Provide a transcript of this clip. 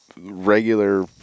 regular